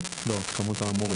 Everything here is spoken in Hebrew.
זאת אמירה.